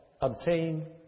obtain